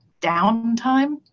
downtime